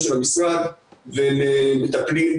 עמוקה חברתית בערכים שלה ורצתה להיות